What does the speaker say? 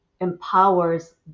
empowers